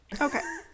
Okay